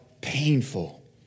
painful